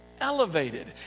elevated